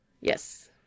Yes